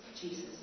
Jesus